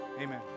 Amen